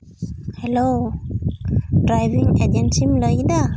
hello driving ᱮᱡᱮᱱᱥᱤᱢ ᱞᱟᱹᱭᱫᱟ